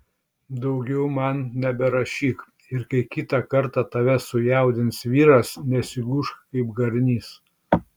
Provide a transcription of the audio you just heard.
daugiau man neberašyk ir kai kitą kartą tave sujaudins vyras nesigūžk kaip garnys